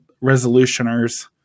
resolutioners